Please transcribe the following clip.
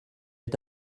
est